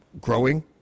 growing